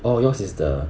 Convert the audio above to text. orh yours is the